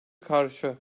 karşı